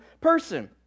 person